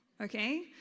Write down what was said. Okay